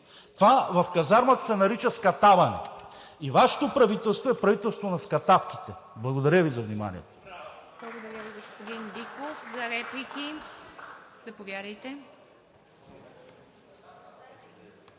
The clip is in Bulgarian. Това в казармата се нарича скатаване. И Вашето правителство е правителство на скатавките. Благодаря Ви за вниманието.